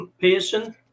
Pearson